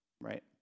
right